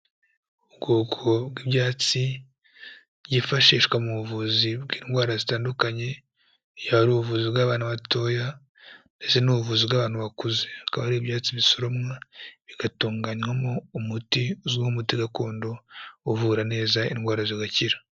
Ubwoko bw'ibyatsi, byifashishwa mu buvuzi bw'indwara zitandukanye, yaba ari ubuvuzi bw'abana batoya ndetse n'ubuvuzi bw'abantu bakuze. Akaba ari ibyatsi bisoromwa, bigatunganywamo umuti uzwi nk'umuti gakondo, uvura neza indwara zigakira.